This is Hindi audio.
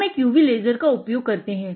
हम एक UV लेसर का उपयोग करते हैं